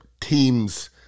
teams